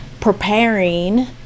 preparing